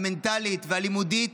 המנטלית והלימודית